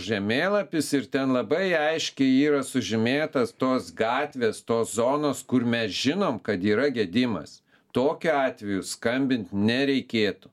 žemėlapis ir ten labai aiškiai yra sužymėtas tos gatvės tos zonos kur mes žinom kad yra gedimas tokiu atveju skambint nereikėtų